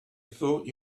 thought